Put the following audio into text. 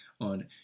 on